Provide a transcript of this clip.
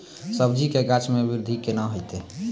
सब्जी के गाछ मे बृद्धि कैना होतै?